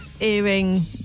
Earring